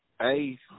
Hey